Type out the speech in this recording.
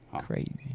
crazy